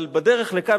אבל בדרך לכאן,